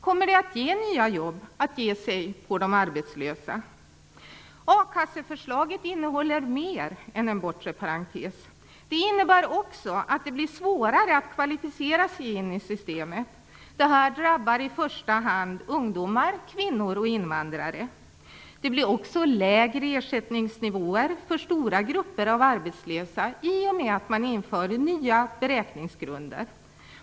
Kommer det att ge nya jobb att ge sig på de arbetslösa? A-kasseförslaget innehåller mer än en bortre parentes. Det innebär också att det blir svårare att kvalificera sig in i systemet. Det drabbar i första hand ungdomar, kvinnor och invandrare. Det blir också lägre ersättningsnivåer för stora grupper av arbetslösa i och med att man inför nya beräkningsgrunder.